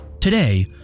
Today